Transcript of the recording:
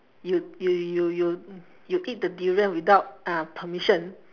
you you you you you you eat the durian without uh permission